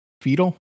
fetal